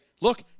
look